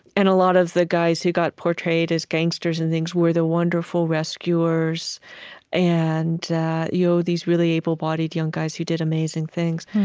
and a lot of the guys who got portrayed as gangsters and things were the wonderful rescuers and you know these really able-bodied young guys who did amazing things.